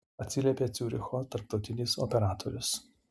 atsiliepė ciuricho tarptautinis operatorius